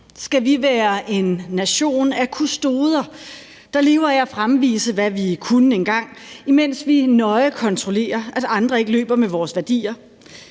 Skal vi være en nation af kustoder, der lever af at fremvise, hvad vi kunne engang, imens vi nøje kontrollerer, at andre ikke løber med vores værdier?